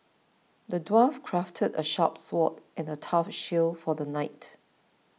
the dwarf crafted a sharp sword and a tough shield for the night